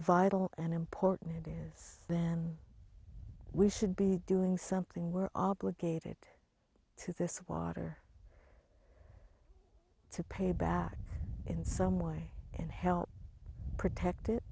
vital and important to us than we should be doing something we're obligated to this water to pay back in some way and help protect